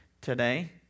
today